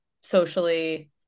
socially